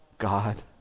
God